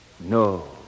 no